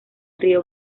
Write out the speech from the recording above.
río